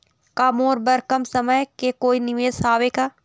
का मोर बर कम समय के कोई निवेश हावे का?